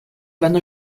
vanno